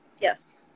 Yes